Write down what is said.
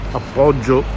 appoggio